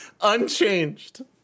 unchanged